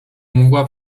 mgła